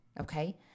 Okay